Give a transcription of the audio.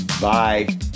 Bye